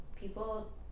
people